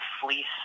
fleece